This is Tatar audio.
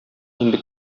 инде